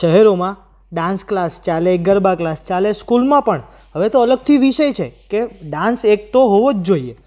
શહેરોમાં dance class ચાલે garba class ચાલે સ્કૂલમાં પણ હવે તો અલગથી વિષય છે કે ડાન્સ એક તો હોવો જ જોઈએ